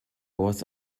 was